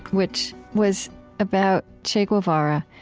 which was about che guevara.